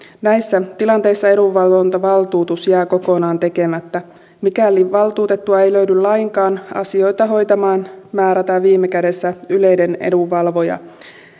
näissä tilanteissa edunvalvontavaltuutus jää kokonaan tekemättä mikäli valtuutettua ei löydy lainkaan asioita hoitamaan määrätään viime kädessä yleinen edunvalvoja